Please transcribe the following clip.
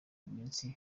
iminsi